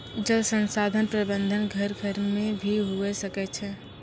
जल संसाधन प्रबंधन घर घर मे भी हुवै सकै छै